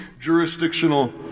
jurisdictional